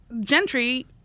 Gentry